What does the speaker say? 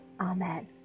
Amen